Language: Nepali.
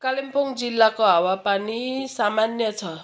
कालिम्पोङ जिल्लाको हावापानी सामान्य छ